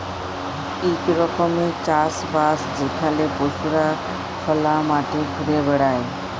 ইক রকমের চাষ বাস যেখালে পশুরা খলা মাঠে ঘুরে বেড়ায়